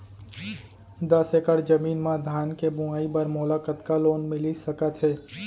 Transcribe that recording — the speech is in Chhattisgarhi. दस एकड़ जमीन मा धान के बुआई बर मोला कतका लोन मिलिस सकत हे?